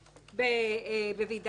בוועידת "גלובס",